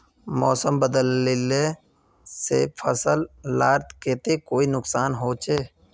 मौसम बदलिले से फसल लार केते कोई नुकसान होचए?